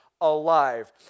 alive